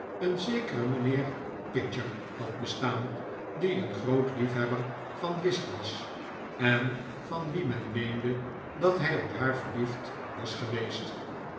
een zekere mijnheer pidger had bestaan die een groot liefhebber van whist was en van wien men meende dat hij op haar verliefd was geweest